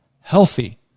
healthy